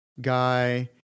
guy